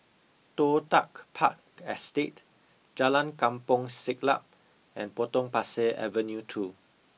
Toh Tuck Park Estate Jalan Kampong Siglap and Potong Pasir Avenue two